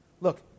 Look